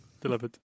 delivered